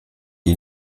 die